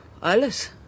Alles